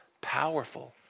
powerful